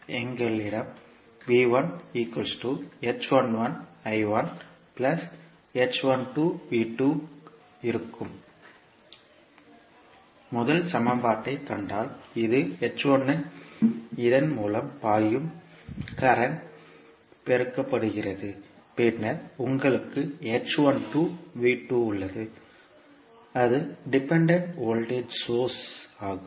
எங்களிடம் இருக்கும் முதல் சமன்பாட்டைக் கண்டால் இது இதன் மூலம் பாயும் கரண்ட் ஆல் பெருக்கப்படுகிறது பின்னர் உங்களுக்கு உள்ளது அது டிபெண்டன்ட் வோல்டேஜ் சோர்ஸ் ஆகும்